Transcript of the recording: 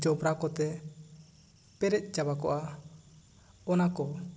ᱡᱚᱵᱨᱟ ᱠᱚᱛᱮ ᱯᱮᱨᱮᱡ ᱪᱟᱵᱟ ᱠᱚᱜ ᱟ ᱚᱱᱟ ᱠᱚ